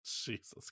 Jesus